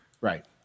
right